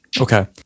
Okay